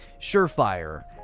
Surefire